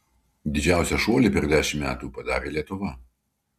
didžiausią šuolį per dešimt metų padarė lietuva